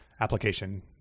application